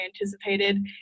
anticipated